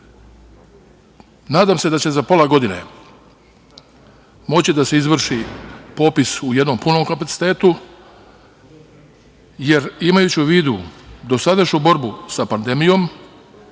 se da će za pola godine moći da se izvrši popis u jednom punom kapacitetu, jer imajući u vidu dosadašnju borbu sa pandemijom,